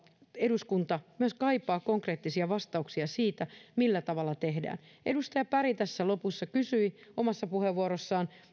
eduskunta myös kaipaa konkreettisia vastauksia siihen millä tavalla tehdään edustaja berg tässä lopussa kysyi omassa puheenvuorossaan